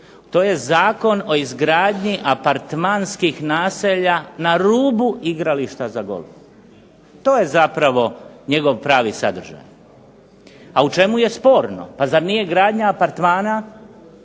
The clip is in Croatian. to je zakon o izgradnji apartmanskih naselja na rubu igrališta za golf. To je zapravo njegov pravi sadržaj. A u čemu je sporno? Pa zar nije gradnja apartmana